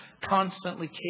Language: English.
constantly